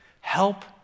Help